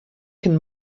can